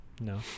No